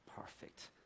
Perfect